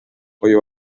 uyu